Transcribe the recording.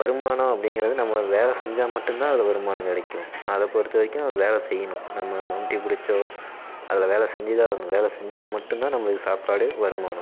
வருமானம் அப்படிங்கிறது நம்ம வேலை செஞ்சால் மட்டும்தான் அதில் வருமானம் கிடைக்கும் அதை பொறுத்த வரைக்கும் அது வேலை செய்யணும் நம்ம மம்முட்டி பிடிச்சோ அதில் வேலை செஞ்சுதான் ஆகணும் வேலை செஞ்சால் மட்டும்தான் நம்மளுக்கு சாப்பாடு வருமானம்